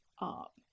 up